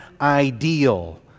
ideal